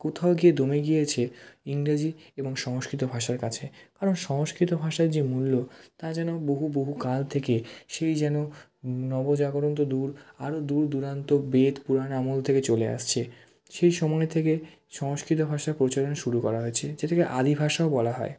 কোথাও গিয়ে দমে গিয়েছে ইংরেজি এবং সংস্কৃত ভাষার কাছে কারণ সংস্কৃত ভাষার যে মূল্য তা যেন বহু বহু কাল থেকে সেই যেন নবজাগরণ তো দূর আরও দূর দূরান্ত বেদ পুরাণ আমল থেকে চলে আসছে সেই সময় থেকে সংস্কৃত ভাষার প্রচলন শুরু করা হয়েছে যেটাকে আদি ভাষাও বলা হয়